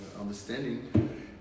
understanding